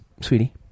sweetie